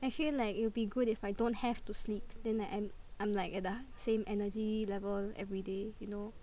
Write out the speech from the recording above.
I feel like it will be good if I don't have to sleep then I am I'm like at the same energy level everyday you know